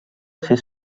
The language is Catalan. ser